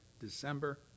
December